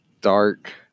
dark